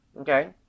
Okay